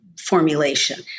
formulation